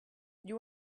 you